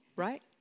Right